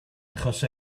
achos